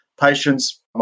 patients